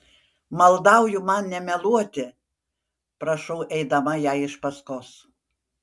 maldauju man nemeluoti prašau eidama jai iš paskos